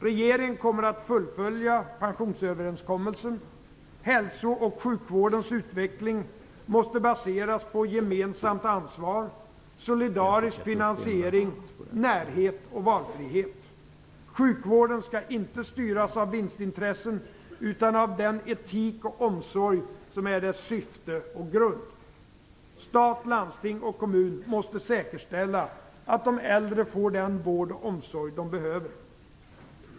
Regeringen kommer att fullfölja pensionsöverenskommelsen. Hälso och sjukvårdens utveckling måste baseras på gemensamt ansvar, solidarisk finansiering, närhet och valfrihet. Sjukvården skall inte styras av vinstintressen, utan av den etik och omsorg som är dess syfte och grund. Stat, landsting och kommun måste säkerställa att de äldre får den vård och omsorg de behöver.